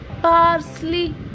parsley